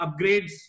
upgrades